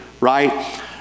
right